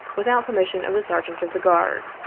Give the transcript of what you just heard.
without per mission of the sergeant of the guard.